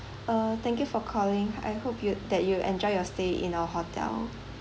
uh thank you for calling I hope you that you'll enjoy your stay in our hotel